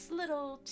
little